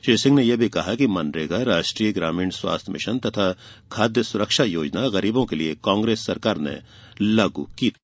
श्री सिंह ने यह भी कहा कि मनरेगा राष्ट्रीय ग्रामीण स्वास्थ्य मिशन तथा खाद्य सुरक्षा योजना गरीबों के लिए कांग्रेस की सरकार ने ही लागू की थी